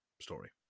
story